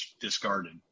discarded